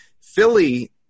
Philly